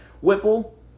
Whipple